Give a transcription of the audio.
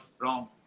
Wrong